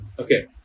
Okay